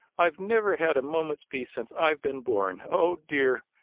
i've never had a moment's peace since i've been born! oh, dear!